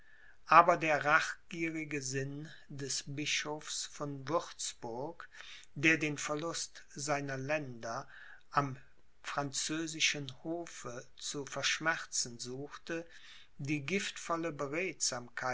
aber der rachgierige sinn des bischofs von würzburg der den verlust seiner länder am französischen hofe zu verschmerzen suchte die